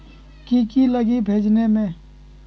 की की लगी भेजने में?